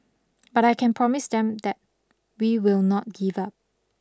but I can promise them that we will not give up